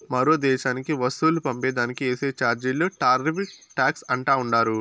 మరో దేశానికి వస్తువులు పంపే దానికి ఏసే చార్జీలే టార్రిఫ్ టాక్స్ అంటా ఉండారు